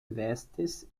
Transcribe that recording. vestes